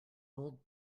old